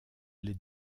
les